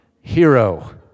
hero